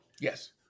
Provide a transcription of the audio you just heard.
Yes